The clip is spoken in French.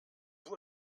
vous